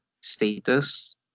status